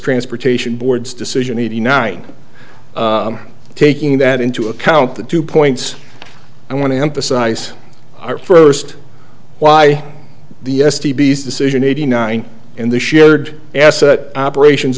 transportation board's decision eighty nine taking that into account the two points i want to emphasize are first why the s t b decision eighty nine and the shared asset operations